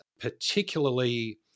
particularly